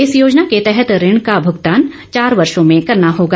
इस योजना के तहत ऋण का भुगतान चार वर्षो में करना होगा